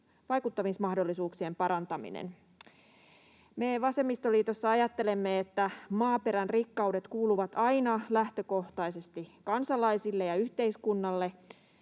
vaikuttamismahdollisuuksien parantaminen. Me vasemmistoliitossa ajattelemme, että maaperän rikkaudet kuuluvat aina lähtökohtaisesti kansalaisille ja yhteiskunnalle.